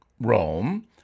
Rome